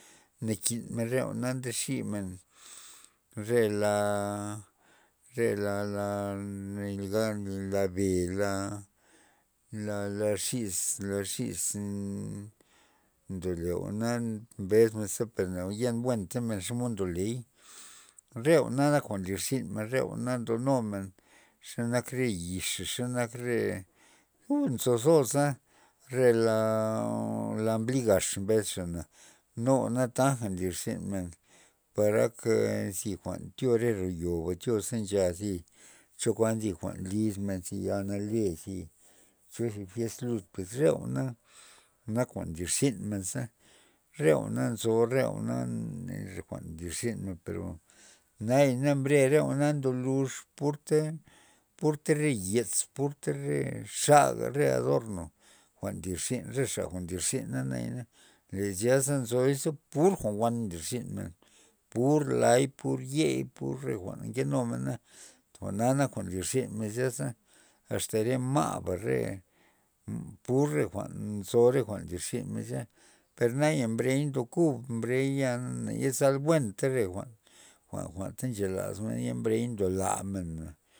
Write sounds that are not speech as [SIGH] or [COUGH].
Nakin men re jwa'na ndeximen re la' re la- la [UNINTELLIGIBLE] la- la xi's ndole jwa'na mbes men per neo na yen buentamen xomod ndoley re jwa'na nak jwa'n nlirzynmen re jwa'na ndonumen xenak re yixa xenak re uu nzo zosa re la la mbligax mbes xana nutaja nlirzynmen para ak zi tyomen ro yodoba choze ncha zi chokuan thi jwa'n liz men zi yale zi cho zi fiest lud per re jwa'na nak jwa'n nlir zynmen za re jwa'na nzo re jwa'na jwa'n nlirzyn men nayana re jwa'na bre na ndolux pur te purta re yez purta re xaga re adorno jwa'n nlirzyn rexa jwa'n nlir zyna nayana le zya ze nzoy per pur jwa'n wan nlizynmen pur la'y pur ye pur re jwa'n nke numena jwa'na nak jwa'n nlirzynmen zyasa asta re ma'ba re pur re jwa'n nzo re jwa'n nlirzynmen zya per naya brey ndo kub mbrey ya na yezal buenta re jwa'n- jwa'n ta nche lazmen mbrey ndolamen.